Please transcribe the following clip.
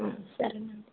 సరే